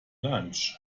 lunch